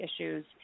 issues